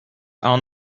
are